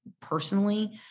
personally